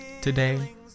Today